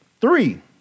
Three